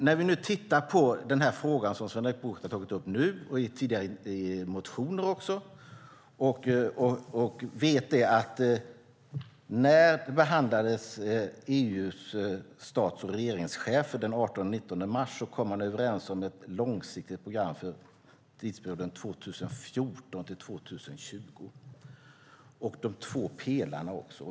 När vi tittar på den fråga Sven-Erik Bucht har tagit upp nu och även i tidigare motioner vet vi dock att EU:s stats och regeringschefer den 18-19 mars kom överens om ett långsiktigt program för tidsperioden 2014-2020, samt de två pelarna.